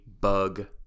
bug